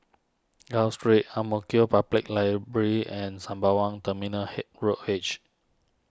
Gul Street Ang Mo Kio Public Library and Sembawang Terminal he Road H